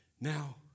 Now